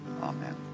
Amen